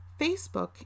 Facebook